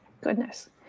Goodness